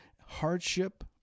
hardship